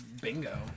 bingo